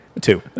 Two